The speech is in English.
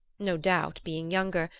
no doubt, being younger,